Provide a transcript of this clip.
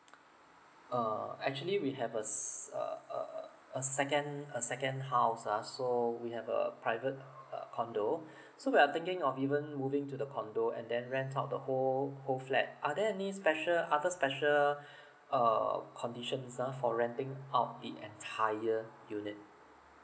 uh actually we have a uh uh a second a second house ah so we have a private uh condo so we're thinking of even moving to the condo and then rent out the whole whole flat are there any special other special uh conditions ah for renting out the entire unit